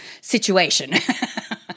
situation